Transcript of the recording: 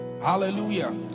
hallelujah